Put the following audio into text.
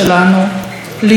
להצטרף.